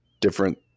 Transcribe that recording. different